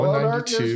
192